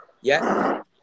Yes